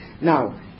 Now